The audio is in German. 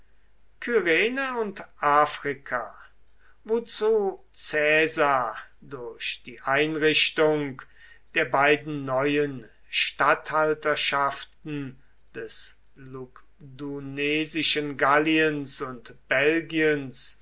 kyrene und afrika wozu caesar durch die einrichtung der beiden neuen statthalterschaften des lugdunensischen galliens und belgiens